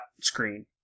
screen